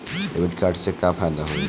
Debit card से का फायदा होई?